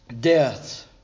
death